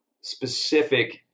specific